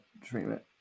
treatment